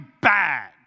bad